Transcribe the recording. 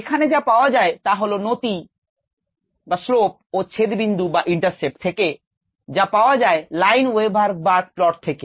এখানে যা পাওয়া যায় তা হল নতি থেকে যা পাওয়া যায় Lineweaver burke প্লট থেকে